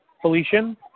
Felician